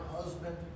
husband